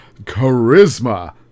charisma